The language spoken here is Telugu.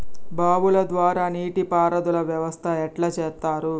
బావుల ద్వారా నీటి పారుదల వ్యవస్థ ఎట్లా చేత్తరు?